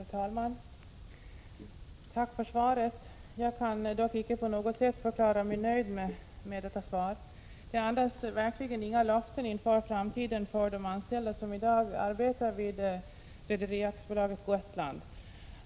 Herr talman! Tack för svaret. Jag kan dock icke på något sätt förklara mig nöjd med detta svar. Det andas verkligen inga löften inför framtiden för de anställda som i dag arbetar vid Rederi AB Gotland.